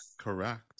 Correct